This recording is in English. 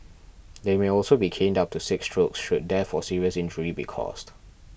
they may also be caned up to six strokes should death or serious injury be caused